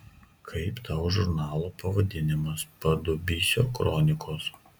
kaip tau žurnalo pavadinimas padubysio kronikos